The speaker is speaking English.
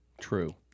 True